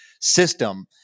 system